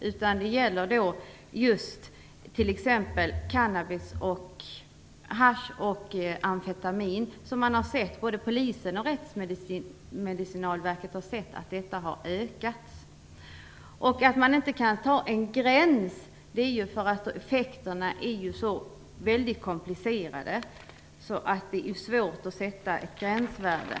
Här gäller det t.ex. cannabis, hasch och amfetamin. Både polisen och Rättsmedicinalverket har sett att detta problem har ökat. Anledningen till att man inte kan fastställa en gräns är att effekterna är så komplicerade. Det är svårt att sätta ett gränsvärde.